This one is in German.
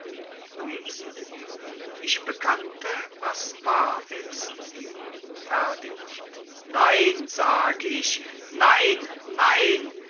luise ich bekannte was wahr ist ferdinand nein sag ich nein nein